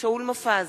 שאול מופז,